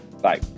Bye